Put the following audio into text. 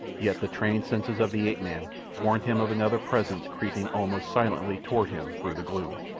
yet the trained senses of the ape-man warned him of another presence creeping almost silently toward him through the gloom.